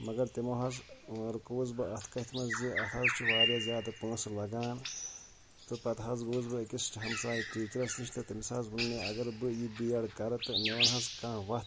مگر تِمو حظ ٲں رُکووُس بہٕ اَتھ کَتھہِ منٛز زِ اَتھ حظ چھِ واریاہ زیادٕ پونٛسہٕ لَگان تہٕ پَتہٕ حظ گوٚوُس بہٕ أکِس ہمساے ٹیٖچرَس نِش تہٕ تٔمس حظ ووٚن مےٚ اگر بہٕ یہِ بی ایٚڈ کَرٕ تہٕ مےٚ وَن حظ کانٛہہ وَتھ